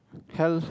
health